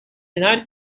united